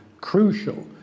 crucial